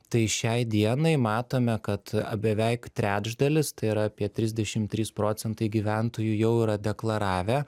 tai šiai dienai matome kad beveik trečdalis tai yra apie trisdešim trys procentai gyventojų jau yra deklaravę